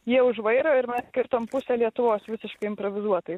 jie už vairo ir mes kirtom pusę lietuvos visiškai improvizuotai